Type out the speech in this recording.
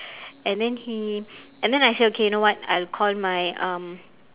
and then he and then I said okay you know what I'll call my um